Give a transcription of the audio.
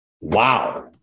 wow